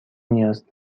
نیاز